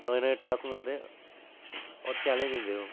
नमें नमें टास्क मिलदे होर चैलेंज दिंदे ओह्